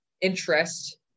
interest